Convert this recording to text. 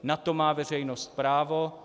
Na to má veřejnost právo.